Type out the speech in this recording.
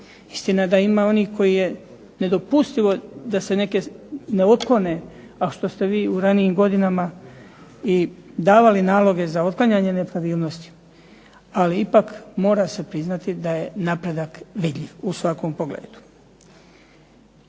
istina da ima onih koji je nedopustivo da se ne otklone a što ste vi u ranijim godinama i davali naloge za otklanjanje nepravilnosti, ali ipak mora se priznati da je napredak vidljiv u svakom pogledu.